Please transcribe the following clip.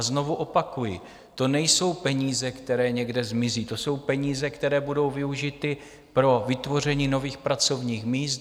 Znovu opakuji, to nejsou peníze, které někde zmizí, to jsou peníze, které budou využity pro vytvoření nových pracovních míst.